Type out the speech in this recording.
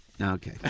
Okay